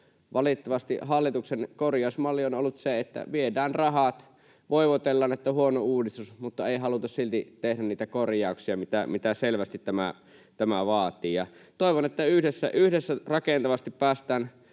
Valitettavasti hallituksen korjausmalli on ollut se, että viedään rahat — voivotellaan, että huono uudistus, mutta ei haluta silti tehdä niitä korjauksia, mitä selvästi tämä vaatii. Toivon, että yhdessä rakentavasti päästään